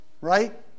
right